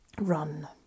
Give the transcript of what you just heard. run